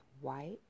white